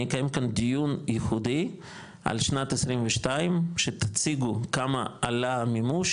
אני אקיים כאן דיון ייחודי על שנת 22 שתציגו כמה עלה המימוש,